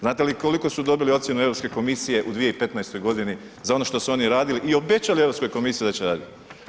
Znate li koliko su dobili ocjenu Europske komisije u 2015. godini za ono što su oni radili i obećali Europskoj komisiji da će raditi?